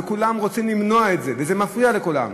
וכולם רוצים למנוע את זה וזה מפריע לכולם.